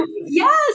Yes